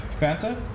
Fanta